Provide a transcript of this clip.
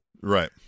Right